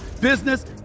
business